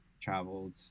traveled